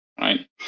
right